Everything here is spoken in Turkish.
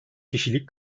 kişilik